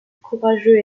courageux